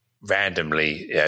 randomly